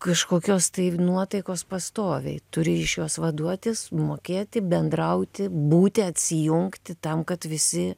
kažkokios tai nuotaikos pastoviai turi iš jos vaduotis mokėti bendrauti būti atsijungti tam kad visi